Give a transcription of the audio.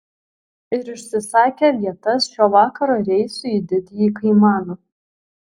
ir užsisakė vietas šio vakaro reisui į didįjį kaimaną